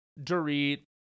Dorit